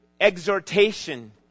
exhortation